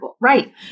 Right